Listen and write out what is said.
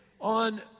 on